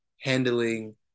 handling